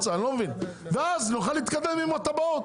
על מנת שנוכל להתקדם עם התב"עות,